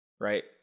right